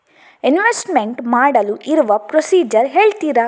Investment ಮಾಡಲು ಇರುವ procedure ಹೇಳ್ತೀರಾ?